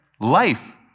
life